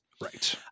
Right